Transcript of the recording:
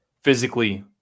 Physically